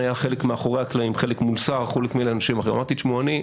אמרתי, תשמעו,